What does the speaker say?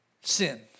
sin